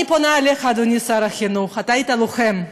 אני פונה אליך, אדוני שר החינוך, אתה היית לוחם,